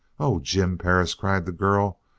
oh, jim perris, cried the girl.